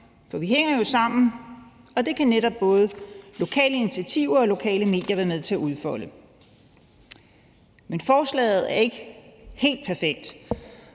For vi hænger jo sammen, og det kan netop både lokale initiativer og lokale medier være med til at udfolde. Men forslaget er ikke helt perfekt,